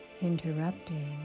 interrupting